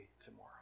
tomorrow